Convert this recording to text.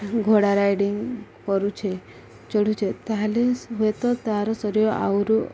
ଘୋଡ଼ା ରାଇଡିଙ୍ଗ କରୁଛେ ଚଢ଼ୁଛେ ତାହେଲେ ହୁଏତ ତାର ଶରୀର ଆହୁରି